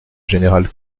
général